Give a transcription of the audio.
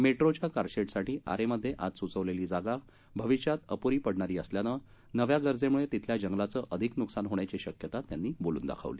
मेट्रोच्या कारशेडसाठी आरेमधे आज सुचवलेली जागा भविष्यात अपूरी पडणारी असल्यानं नव्या गरजेमुळे तिथल्या जंगलाचं अधिक नुकसान होण्याची शक्यता त्यांनी बोलून दाखवली